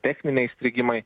techniniai strigimai